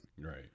Right